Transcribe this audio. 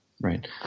right